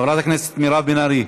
חברת הכנסת מירב בן ארי,